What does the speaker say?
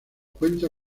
cuenta